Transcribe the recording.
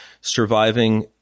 surviving